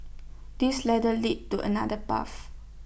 this ladder leads to another path